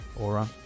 Aura